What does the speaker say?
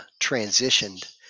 transitioned